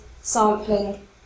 sampling